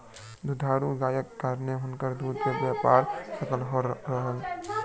दुधारू गायक कारणेँ हुनकर दूध के व्यापार सफल रहल